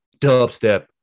dubstep